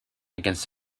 against